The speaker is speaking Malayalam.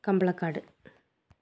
കമ്പളക്കാട്